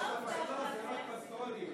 לא, כדאי לדעת מה הובטח.